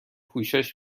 پوشش